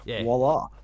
Voila